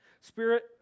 Spirit